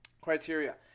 criteria